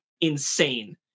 insane